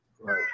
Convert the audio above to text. Right